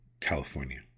California